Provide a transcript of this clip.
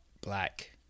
Black